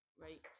right